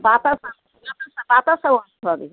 বাতাসা বাতাসা বাতাসাও আনতে হবে